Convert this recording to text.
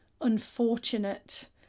unfortunate